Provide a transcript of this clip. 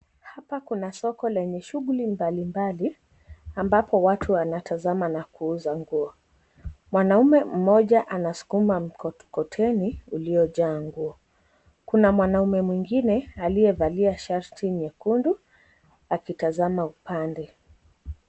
Hapa kuna soko lenye shughuli mbalimbali ambapo watu wanatazama na kuuza nguo. Mwanaume mmoja anaskuma mkokoteni uliyojaa nguo. Kuna mwanaume mwingine aliyevalia shati nyekundu akitazama upande.